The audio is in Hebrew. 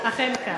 אכן כך.